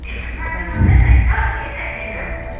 मासु मात्रै चाहिन्छ अरू केही चाहिँदैन